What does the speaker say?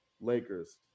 Lakers